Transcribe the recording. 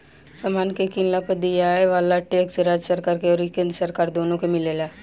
समान के किनला पर दियाये वाला टैक्स राज्य सरकार अउरी केंद्र सरकार दुनो के मिलेला